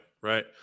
right